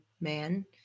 man